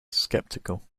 sceptical